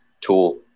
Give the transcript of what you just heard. tool